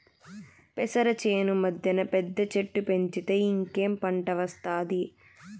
పెసర చేను మద్దెన పెద్ద చెట్టు పెంచితే ఇంకేం పంట ఒస్తాది